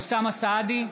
אוסאמה סעדי,